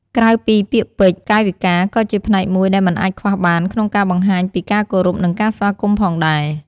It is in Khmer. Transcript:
ក្រៅពីពាក្យពេចន៍ កាយវិការក៏ជាផ្នែកមួយដែលមិនអាចខ្វះបានក្នុងការបង្ហាញពីការគោរព និងការស្វាគមន៍ផងដែរ។